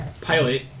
pilot